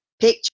picture